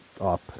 up